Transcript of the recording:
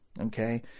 Okay